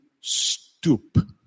stoop